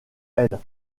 elle